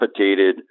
capitated